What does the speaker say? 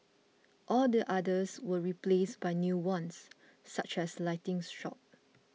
all the others were replaced by new ones such as lighting shops